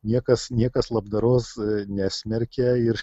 niekas niekas labdaros nesmerkia ir